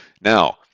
now